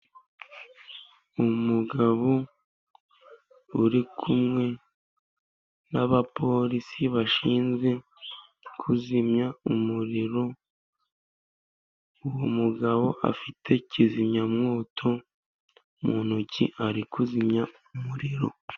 Umugabo uri kumwe n'abaporisi bashinzwe kuzimya umuriro， uwo mugabo afite kizimyamwoto mu ntoki， ari kuzimya umuriro.